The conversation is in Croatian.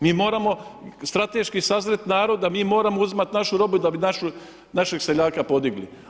Mi moramo strateški sazret narod da mi moramo uzimati našu robu i da bi našeg seljaka podigli.